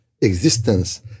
existence